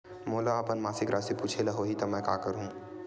मोला अपन मासिक राशि पूछे ल होही त मैं का करहु?